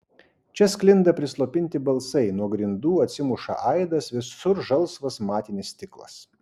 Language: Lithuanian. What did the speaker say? čia sklinda prislopinti balsai nuo grindų atsimuša aidas visur žalsvas matinis stiklas